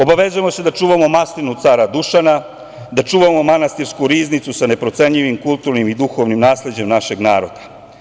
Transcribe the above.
Obavezali smo se da čuvamo maslinu cara Dušana, da čuvamo manastirsku riznicu za neprocenljivim kulturnim i duhovnim nasleđem našeg naroda.